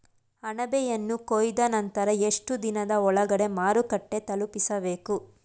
ಅಣಬೆಯನ್ನು ಕೊಯ್ದ ನಂತರ ಎಷ್ಟುದಿನದ ಒಳಗಡೆ ಮಾರುಕಟ್ಟೆ ತಲುಪಿಸಬೇಕು?